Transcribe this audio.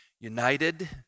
united